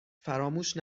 فراموش